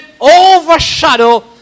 overshadow